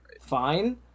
fine